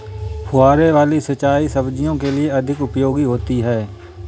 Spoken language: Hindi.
फुहारे वाली सिंचाई सब्जियों के लिए अधिक उपयोगी होती है?